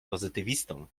pozytywistą